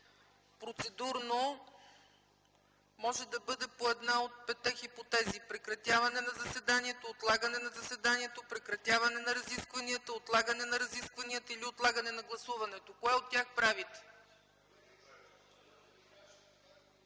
процедурно може да бъде по една от петте хипотези – прекратяване на заседанието, отлагане на заседанието, прекратяване на разискванията, отлагане на разискванията или отлагане на гласуването. Кое от тях правите?